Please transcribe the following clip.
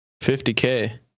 50K